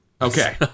Okay